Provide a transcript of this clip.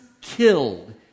killed